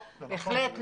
בהחלט לא.